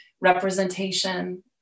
representation